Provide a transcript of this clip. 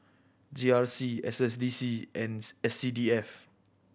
G R C S S D C and S C D F